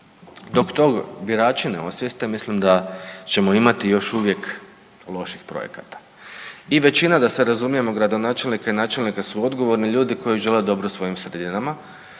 Dok to birači ne osvijeste mislim da ćemo imati još uvijek loših projekata. I većina da se razumijemo gradonačelnika, načelnika su odgovorni ljudi koji žele dobro svojim sredinama,